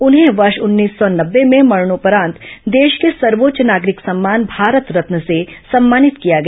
उन्हें वर्ष उन्नीस सौ नब्बे में मरणोपरांत देश के सर्वोच्च नागरिक सम्मान भारत रत्न से सम्मानित किया गया